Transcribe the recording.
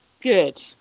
Good